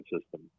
system